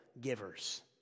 givers